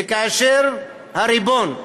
וכאשר הריבון,